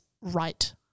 right